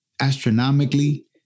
astronomically